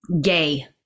Gay